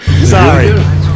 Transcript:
Sorry